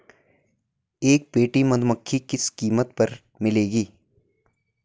एक पेटी मधुमक्खी किस कीमत पर मिलेगी?